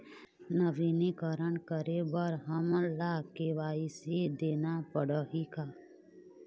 नवीनीकरण करे बर हमन ला के.वाई.सी देना पड़ही का?